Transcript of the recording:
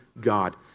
God